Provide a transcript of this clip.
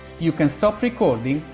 you can stop recording,